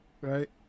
right